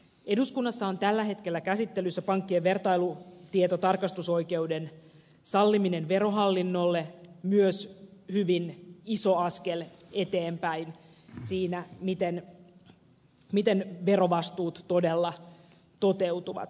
eduskunnassa on tällä hetkellä käsittelyssä pankkien vertailutietotarkastusoikeuden salliminen verohallinnolle myös hyvin iso askel eteenpäin siinä miten verovastuut todella toteutuvat